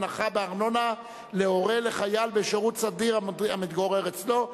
הנחה בארנונה להורה לחייל בשירות סדיר המתגורר אצלו),